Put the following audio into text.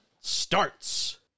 starts